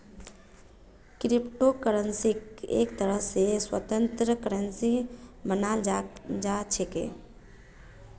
crypto करन्सीक एक तरह स स्वतन्त्र करन्सी मानाल जा छेक